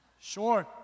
Sure